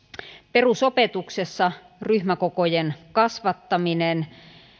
perusopetuksessa ryhmäkokojen kasvattaminen